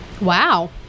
Wow